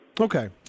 Okay